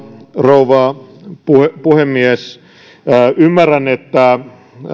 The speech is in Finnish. rouva puhemies ymmärrän että